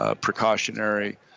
precautionary